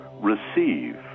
receive